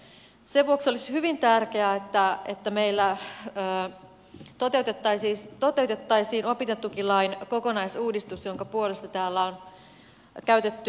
sen vuoksi olisi hyvin tärkeää että meillä toteutettaisiin opintotukilain kokonaisuudistus jonka puolesta täällä on käytetty monta puheenvuoroa